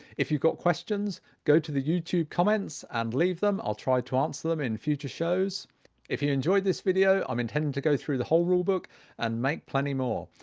if you've got questions go to the youtube comments and leave them, i'll try to answer them in future shows if you enjoyed this video i'm intending to go through the whole rulebook and make plenty more,